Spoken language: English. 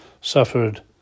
suffered